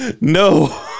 No